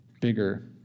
bigger